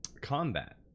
combat